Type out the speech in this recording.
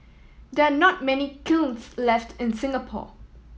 there are not many kilns left in Singapore